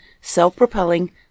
self-propelling